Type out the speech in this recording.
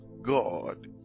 god